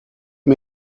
you